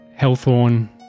Hellthorn